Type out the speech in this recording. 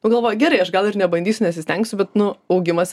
pagalvoji gerai aš gal ir nebandysiu nesistengsiu bet nu augimas